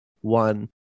One